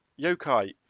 yokai